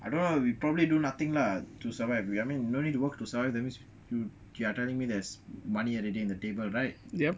I don't know lah we probably do nothing lah to survive we I mean no need to work to survive means you you are telling me there's money already on the table right